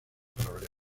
problema